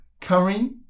Curry